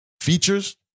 Features